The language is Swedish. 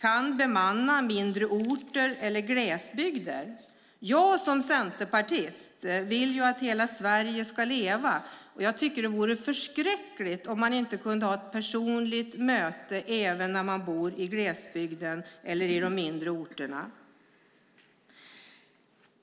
kan bemanna mindre orter eller glesbygder. Jag som centerpartist vill att hela Sverige ska leva, och jag tycker att det vore förskräckligt om man inte kunde ha ett personligt möte även när man bor i glesbygden eller de mindre orterna.